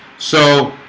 so